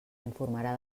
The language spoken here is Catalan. informarà